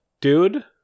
dude